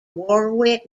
warwick